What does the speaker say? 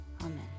Amen